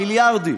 מיליארדים.